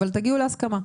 אבל תגיעו להסכמה.